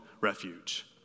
refuge